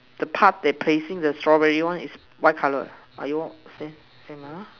the part that placing the strawberry one is white colour are yours same same ah